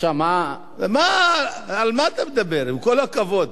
על מה אתה מדבר, עם כל הכבוד?